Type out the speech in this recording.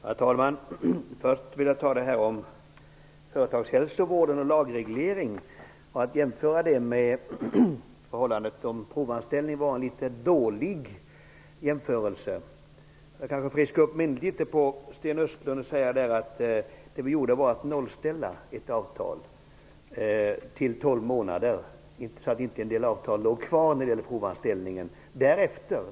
Herr talman! Först vill jag ta upp frågan om lagregleringen av företagshälsovård. Jag anser att det var dåligt att jämföra med förhållandet vid en provanställning. Jag kanske skall friska upp minnet litet för Sten Östlund. Det var fråga om att nollställa ett avtal till 12 månader. Det var inte fråga om att ett antal avtal skulle finnas kvar angående provanställning.